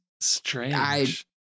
strange